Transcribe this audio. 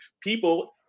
People